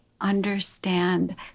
understand